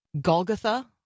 Golgotha